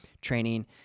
training